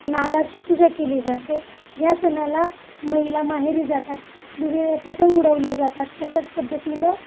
नागाची पूजा केली जाते ह्या सणाला महिला माहेरी जातात विवि पतंग उडवले जातात तशाच पद्धतीनं